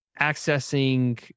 accessing